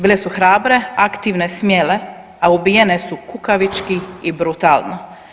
Bile su hrabre, aktivne, smjele, a ubijene su kukavički i brutalno.